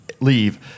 leave